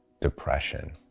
depression